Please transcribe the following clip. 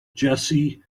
jessie